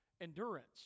endurance